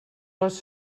les